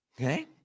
Okay